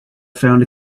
found